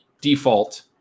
default